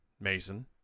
Mason